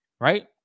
right